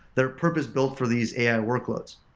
they're purpose built for these ai workloads.